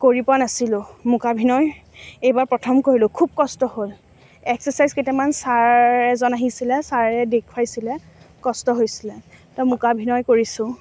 কৰি পোৱা নাছিলোঁ মোকাভিনয় এইবাৰ প্ৰথম কৰিলোঁ খুব কষ্ট হ'ল ইক্সচাৰছাইজকেইটামান ছাৰ এজন আহিছিলে ছাৰে দেখুৱাইছিলে কষ্ট হৈছিলে তৌ মোকাভিনয় কৰিছোঁ